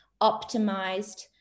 optimized